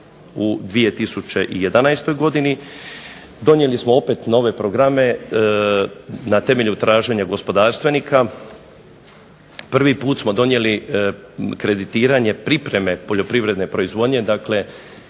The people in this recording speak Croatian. u 2011. godini. Donijeli smo opet nove programe na temelju traženja gospodarstvenika. Prvi put smo donijeli kreditiranje pripreme poljoprivredne proizvodnje, dakle